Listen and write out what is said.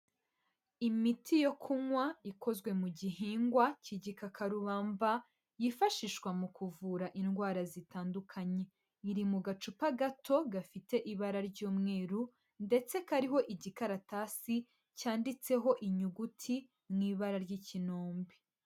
Imiti yo kunywa ikozwe mu gihingwa cy'igikakarubamba, yifashishwa mu kuvura indwara zitandukanye. Iri mu gacupa gato gafite ibara ry'umweru ndetse kariho igikaratasi cyanditseho inyuguti mu ibara ry'ikinombe.